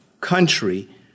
country